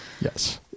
Yes